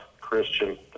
Christian